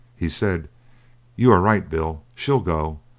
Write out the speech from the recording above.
he said you are right, bill. she'll go,